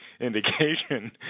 indication